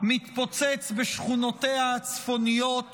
מתפוצץ בשכונותיה הצפוניות